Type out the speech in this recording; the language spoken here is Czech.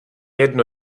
jedno